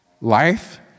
life